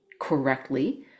correctly